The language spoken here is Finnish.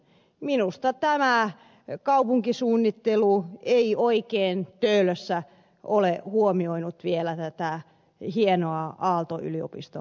minusta kaupunkisuunnittelu ei oikein töölössä ole huomioinut vielä tätä hienoa aalto yliopistohanketta